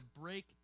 break